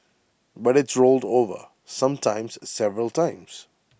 but it's rolled over sometimes several times